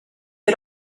had